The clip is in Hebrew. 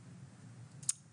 בסדר?